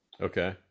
okay